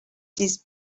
these